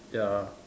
ya